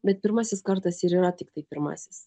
bet pirmasis kartas ir yra tiktai pirmasis